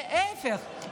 להפך,